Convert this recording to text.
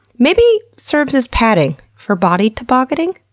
maybe serves as padding for body tobogganing?